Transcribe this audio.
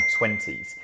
20s